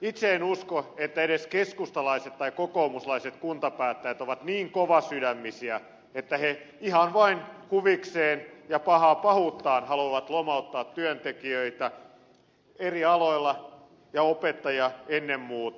itse en usko että edes keskustalaiset tai kokoomuslaiset kuntapäättäjät ovat niin kovasydämisiä että he ihan vain huvikseen ja pahaa pahuuttaan haluavat lomauttaa työntekijöitä eri aloilla ja opettajia ennen muuta